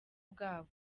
bwabo